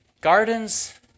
Gardens